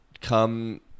Come